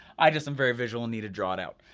i just am very visual and need to draw it out.